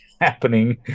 happening